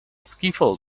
skiffle